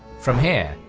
from here,